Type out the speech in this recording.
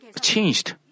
changed